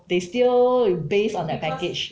they still based on that package